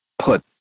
put